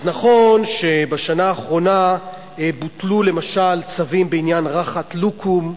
אז נכון שבשנה האחרונה בוטלו למשל צווים בעניין רחת לוקום,